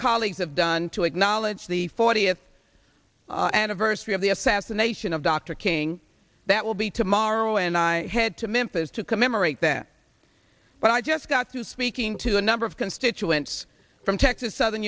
colleagues have done to acknowledge the fortieth anniversary of the assassination of dr king that will be tomorrow and i head to memphis to commemorate that but i just got to speaking to a number of constituents from texas southern